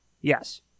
Yes